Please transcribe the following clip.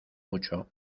mucho